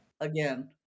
again